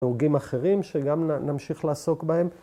‫עורגים אחרים שגם נמשיך ‫לעסוק בהם.